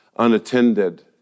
unattended